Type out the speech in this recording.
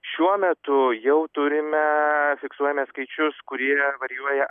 šiuo metu jau turime fiksuojame skaičius kurie varijuoja